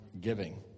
giving